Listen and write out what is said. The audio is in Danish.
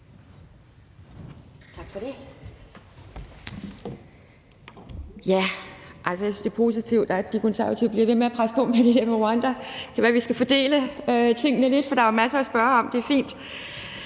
Tak for det.